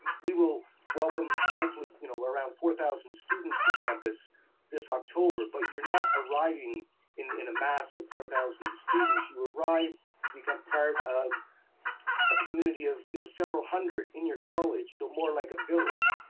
we will welcome hopefully you know around four thousand students to campus this october, but you're not arriving in in a mass of four thousand students. you arrive to become part of a community of you know several hundred in your college, so more like a slillage,